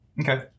Okay